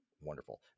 wonderful